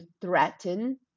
threaten